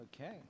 Okay